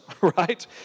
right